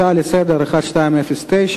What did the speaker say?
הצעה לסדר-היום מס' 1209: